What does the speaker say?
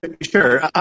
Sure